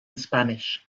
spanish